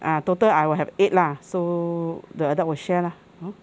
ah total I will have eight lah so the adult will share lah hor